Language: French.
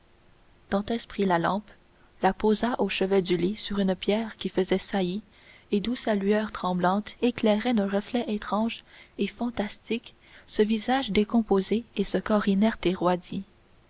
prit la lampe la posa au chevet du lit sur une pierre qui faisait saillie et d'où sa lueur tremblante éclairait d'un reflet étrange et fantastique ce visage décomposé et ce corps inerte et